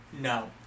no